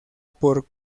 por